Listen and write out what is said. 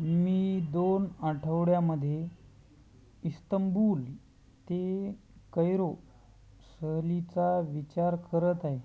मी दोन आठवड्यामध्ये इस्तंबूल ते कैरो सहलीचा विचार करत आहे